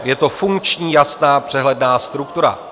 Je to funkční, jasná, přehledná struktura.